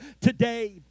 today